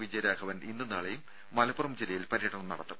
വിജയരാഘവൻ ഇന്നും നാളെയും മലപ്പുറം ജില്ലയിൽ പര്യടനം നടത്തും